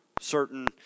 certain